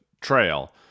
trail